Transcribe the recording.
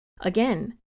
Again